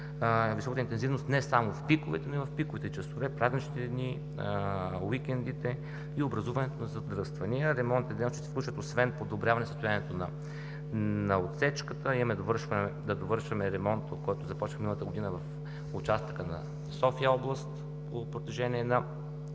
високата интензивност не само в пиковите часове, но и в празничните дни, уикендите и образуването на задръствания. Ремонтните дейности ще включват освен подобряване състоянието на отсечката, имаме да довършваме ремонт, който започнахме миналата година в участъка на София област по протежение на